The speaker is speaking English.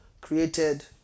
created